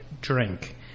drink